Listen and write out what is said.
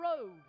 road